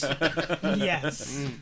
Yes